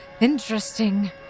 Interesting